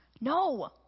No